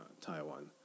Taiwan